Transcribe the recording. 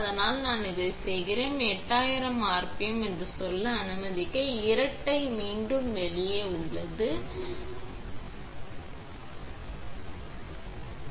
ஆனால் நான் இதை செய்கிறேன் இங்கே 8000 rpm என்று சொல்ல அனுமதிக்க இரட்டை மீண்டும் வெளியே உள்ளது மற்றும் நீங்கள் மீண்டும்